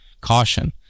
caution